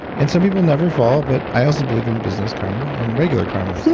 and some people never fall but i also believe in business karma and regular karma.